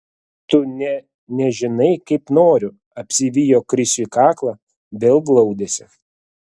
tu nė nežinai kaip noriu apsivijo krisiui kaklą vėl glaudėsi